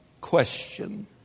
question